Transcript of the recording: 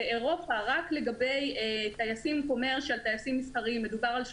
ובאירופה רק לגבי טייסים מסחריים זה 36,